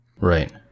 Right